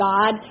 God